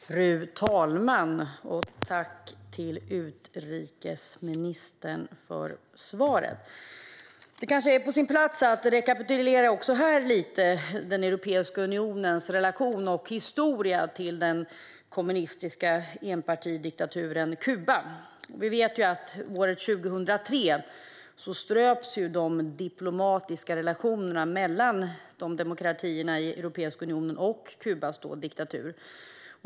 Fru talman! Tack, utrikesministern, för svaret! Det kanske är på sin plats att också här rekapitulera Europeiska unionens historiska relation till den kommunistiska enpartidiktaturen Kuba. Vi vet ju att år 2003 ströps de diplomatiska relationerna mellan demokratierna i Europeiska unionen och Kubas dåvarande diktatur.